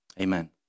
amen